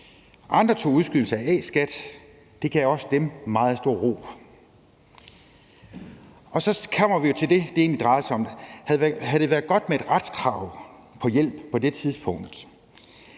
Andre tog udskydelse af A-skat, og det gav også dem meget stor ro. Så kommer vi til det, det egentlig drejer sig om. Havde det været godt med et retskrav på hjælp på det tidspunkt?